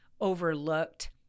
overlooked